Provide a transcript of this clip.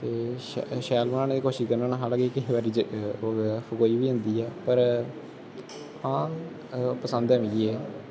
ते शै शैल बनाने दी कोशिश करना होन्ना हालांकि केईं बारी जल फकोई बी जंदी ऐ पर हां पसंद ऐ मिगी एह्